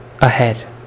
ahead